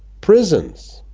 prisons,